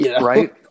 Right